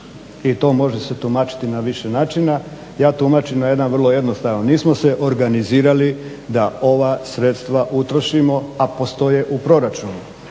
i to može se tumačiti na više načina. Ja tumačim na jedan vrlo jednostavan. Nismo se organizirali da ova sredstva utrošimo, a postoje u proračunu.